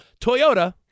Toyota